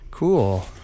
Cool